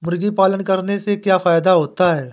मुर्गी पालन करने से क्या फायदा होता है?